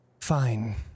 Fine